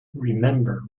remember